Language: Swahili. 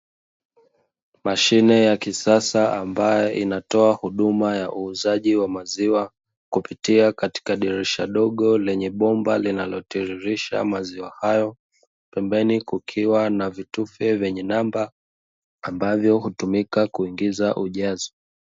Mashine ya kisasa ambayo inatoa huduma ya uuzaji wa maziwa kupitia katika dirisha dogo lenye bomba linalotiririsha maziwa hayo, pembeni kukiwa kuna vitufe vyenye namba ambavyo hutumia kuingiza ujazo.